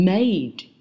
Made